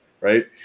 right